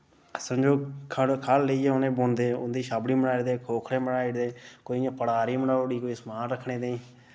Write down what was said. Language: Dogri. समझो खाड़े खाड़ लेइयै उ'नें बुनदे उं'दी छाबड़ी बनाई ओड़दे खोकड़े बनाई ओड़दे कोई इ'यां पटारी बनाई ओड़ी कोई समान रक्खने ताईं